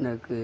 எனக்கு